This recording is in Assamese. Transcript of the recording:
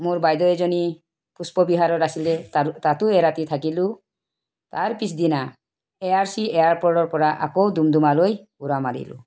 মোৰ বাইদেউ এজনী পুষ্পবিহাৰত আছিলে তাৰে তাতো এৰাতি থাকিলো তাৰ পিছদিনা এ আৰ চি এয়াৰপৰ্টৰ পৰা আকৌ ডুমডুমালৈ উৰা মাৰিলোঁ